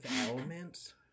elements